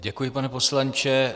Děkuji, pane poslanče.